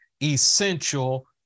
essential